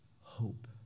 hope